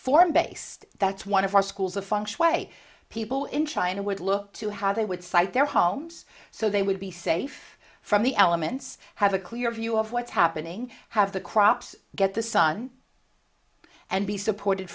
form based that's one of our schools of function way people in china would look to how they would cite their homes so they would be safe from the elements have a clear view of what's happening have the crops get the sun and be supported